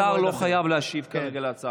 השר לא חייב להשיב כרגע להצעה שלך.